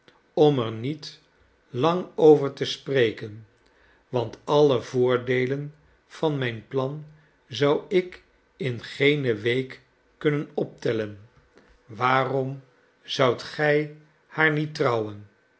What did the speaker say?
om er niet lang over te spreken want alle voordeelen van mijn plan zou ik in geene week kunnen optellen waarom zoudt gij haar niet trouwen